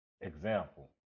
Example